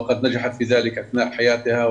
היא הצליחה בזה בימי חייה,